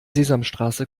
sesamstraße